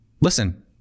listen